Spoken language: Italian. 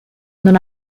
non